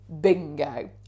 bingo